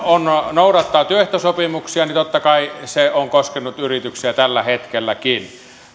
noudattaa työehtosopimuksia niin totta kai se on koskenut yrityksiä tällä hetkelläkin